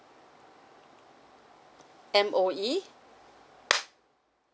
M_O_E